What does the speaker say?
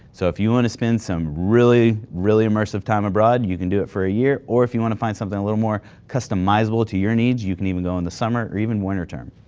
so if you want to spend some really, really immersive time abroad, you can do it for a year, or if you want to find something a little more customizable to your needs, you can even go in the summer or even winter term.